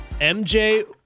MJ